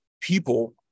people